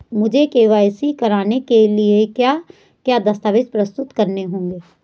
मुझे के.वाई.सी कराने के लिए क्या क्या दस्तावेज़ प्रस्तुत करने होंगे?